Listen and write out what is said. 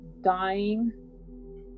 dying